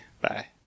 Bye